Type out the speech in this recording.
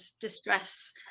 distress